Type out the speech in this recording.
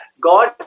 God